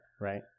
right